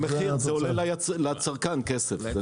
זה עולה לצרכן כסף.